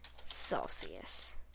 Celsius